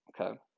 okay